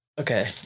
Okay